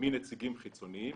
מנציגים חיצוניים.